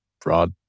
broad